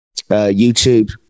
YouTube